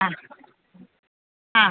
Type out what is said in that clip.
ആ ആ